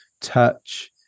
touch